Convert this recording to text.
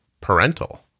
parental